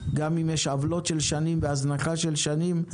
גם אם יש עוולות של שנים והזנחה של שנים,